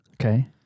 Okay